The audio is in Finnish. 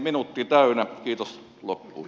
minuutti täynnä kiitos loppui